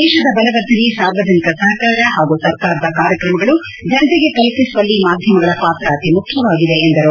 ದೇಶದ ಬಲವರ್ಧನೆ ಸಾರ್ವಜನಿಕರ ಸಹಕಾರ ಹಾಗೂ ಸರ್ಕಾರದ ಕಾರ್ಯಕ್ರಮಗಳು ಜನತೆಗೆ ತಲುಪಿಸುವಲ್ಲಿ ಮಾಧ್ಯಮಗಳ ಪಾತ್ರ ಅತಿಮುಖ್ಯವಾಗಿದೆ ಎಂದು ಹೇಳಿದರು